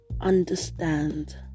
understand